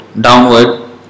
downward